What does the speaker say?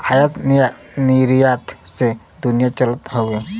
आयात निरयात से दुनिया चलत हौ